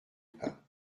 pain